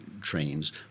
trains